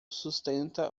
sustenta